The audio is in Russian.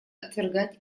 отвергать